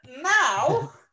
now